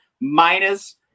minus